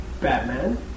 Batman